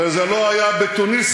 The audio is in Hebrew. וזה לא היה בתוניסיה.